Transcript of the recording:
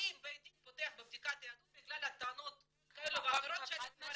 האם בית דין פותח בבדיקת יהדות בגלל טענות כאלה או אחרות של גברים?